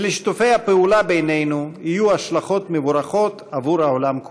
ולשיתופי הפעולה בינינו יהיו השלכות מבורכות עבור העולם כולו.